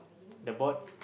the board